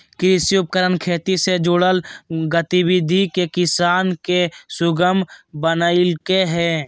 कृषि उपकरण खेती से जुड़ल गतिविधि के किसान ले सुगम बनइलके हें